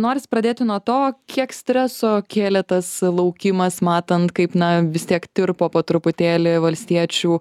norisi pradėti nuo to kiek streso kėlė tas laukimas matant kaip na vis tiek tirpo po truputėlį valstiečių